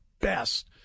best